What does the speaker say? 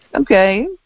Okay